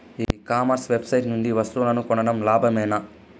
ఈ commerce website నుండి వస్తువులు కొనడం లాభమేనా?